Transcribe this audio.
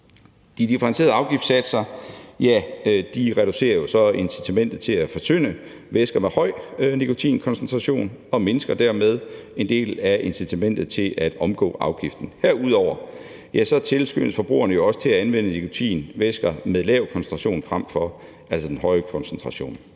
De differentierede afgiftssatser reducerer jo så incitamentet til at fortynde væsker med en høj nikotinkoncentration og mindsker dermed en del af incitamentet til at omgå afgiften. Herudover tilskyndes forbrugerne jo også til at anvende nikotinvæsker med en lav koncentration frem for dem med den høje koncentration.